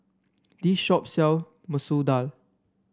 this shop sell Masoor Dal